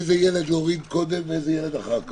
איזה ילד להוריד קודם ואיזה ילד אחר כך,